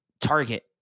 Target